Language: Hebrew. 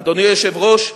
אדוני היושב-ראש,